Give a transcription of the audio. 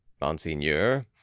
Monseigneur